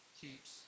keeps